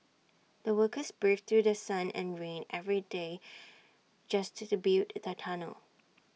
the workers braved through sun and rain every day just to to build the tunnel